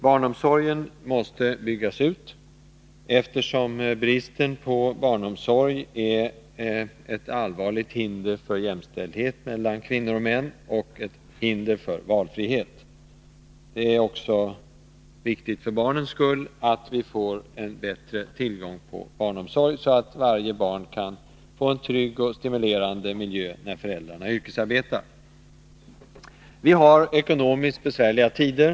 Barnomsorgen måste byggas ut, eftersom bristen på barnomsorg är ett allvarligt hinder för jämställdheten mellan kvinnor och män samt ett hinder för valfriheten. Det är också viktigt för barnens skull att vi får bättre tillgång till barnomsorg, så att varje barn kan få en trygg och stimulerande miljö när föräldrarna yrkesarbetar. Vi har ekonomiskt besvärliga tider.